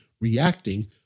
reacting